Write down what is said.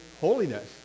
Holiness